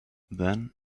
then